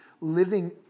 living